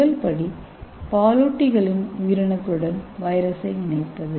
முதல் படி பாலூட்டிகளின் உயிரணுக்களுடன் வைரஸை இணைப்பது